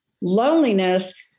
loneliness